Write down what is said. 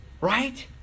Right